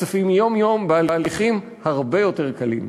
הכספים יום-יום בהליכים הרבה יותר קלים.